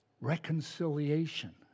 Reconciliation